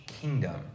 kingdom